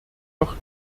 doch